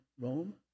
Rome